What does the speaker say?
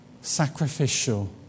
sacrificial